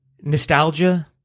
nostalgia